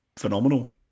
phenomenal